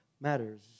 matters